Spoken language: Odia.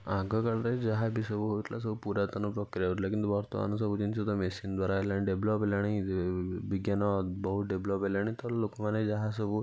ଆଗକାଳରେ ଯାହାବି ସବୁ ହେଉଥିଲା ସବୁ ପୁରାତନ ପ୍ରକ୍ରିୟା ହେଉଥିଲା କିନ୍ତୁ ବର୍ତ୍ତମାନ ତ ସବୁଜିନିଷ ମେସିନ୍ ତ ଦ୍ୱାରା ହେଲାଣି ଡେଭଲପ୍ ହେଲାଣି ବିଜ୍ଞାନ ବହୁ ଡେଭଲପ୍ ହେଲାଣି ତ ଲୋକମାନେ ଯାହାସବୁ